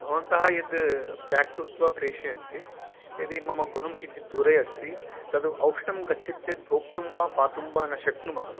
भवन्तः यद् पेक् कृत्वा प्रेषयन्ति यदि मम गृहं किञ्चित् दूरे अस्ति तद् औष्णं गच्छति चेत् भोक्तुं वा पातुं वा न शक्नुमः